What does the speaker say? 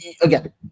again